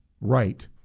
right